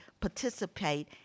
participate